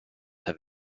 have